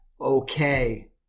okay